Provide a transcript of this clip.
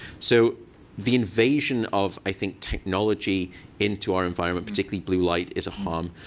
so the invasion of, i think, technology into our environment, particularly blue light is a harm.